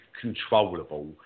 controllable